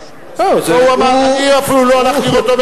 שווא, זה דבר